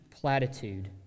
platitude